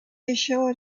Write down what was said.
assured